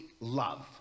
love